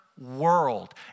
world